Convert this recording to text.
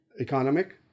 economic